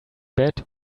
bed